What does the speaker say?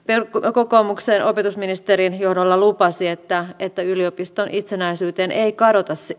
kokoomuksen opetusministerin johdolla lupasi että että yliopiston itsenäisyyteen ei